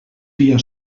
dia